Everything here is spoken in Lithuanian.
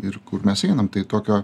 ir kur mes einam tai tokio